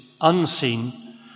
unseen